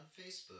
Facebook